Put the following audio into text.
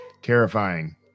Terrifying